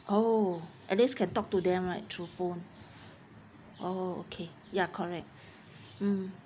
oh at least can talk to them right through phone oh okay ya correct hmm